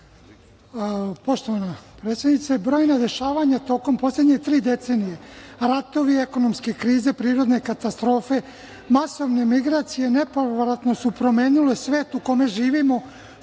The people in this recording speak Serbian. poštovana predsednice. Brojna rešavanja tokom poslednje tri decenije, ratovi, ekonomske krize, prirodne katastrofe, masovne migracije nepovratno su promenile svet u kome živimo